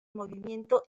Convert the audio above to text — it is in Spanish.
movimiento